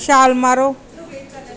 ਛਾਲ ਮਾਰੋ